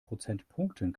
prozentpunkten